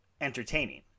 entertaining